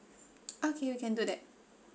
okay we can do that